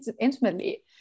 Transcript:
intimately